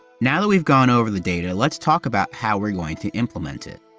now, that we've gone over the data, let's talk about how we're going to implement it.